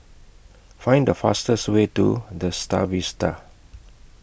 Find The fastest Way to The STAR Vista